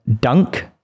dunk